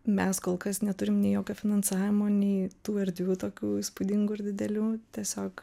mes kol kas neturim nei jokio finansavimo nei tų erdvių tokių įspūdingų ir didelių tiesiog